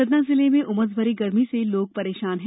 सतना जिले में उमस भरी गर्मी से लोग परेशान हैं